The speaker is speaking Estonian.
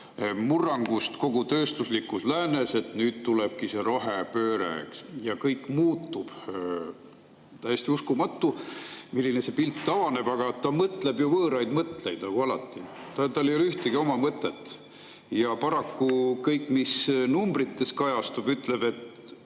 murrangust kogu tööstuslikus läänes, et nüüd tulebki see rohepööre ja kõik muutub. Täiesti uskumatu, milline pilt avaneb! Aga ta mõtleb võõraid mõtteid nagu alati. Tal ei ole ühtegi oma mõtet. Ja paraku kõik, mis numbrites kajastub, ütleb, et